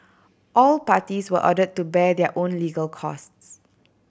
all parties were ordered to bear their own legal costs